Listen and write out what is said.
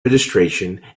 registration